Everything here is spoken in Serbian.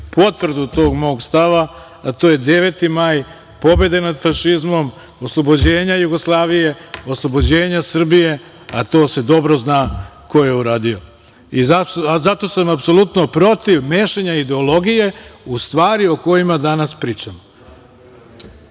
potvrdu tog mog stava, a to je 9. maj - Dan pobede nad fašizmom, oslobođenja Jugoslavije, oslobođenja Srbije, a dobro se zna ko je to uradio. Zato sam apsolutno protiv mešanja ideologije u stvari o kojima danas pričamo. Reč